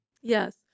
yes